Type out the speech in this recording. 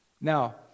Now